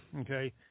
okay